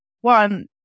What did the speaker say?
one